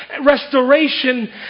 restoration